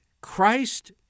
Christ